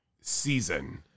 season